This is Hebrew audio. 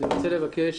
אני רוצה לבקש,